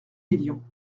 millions